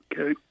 Okay